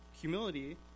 humility